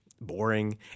boring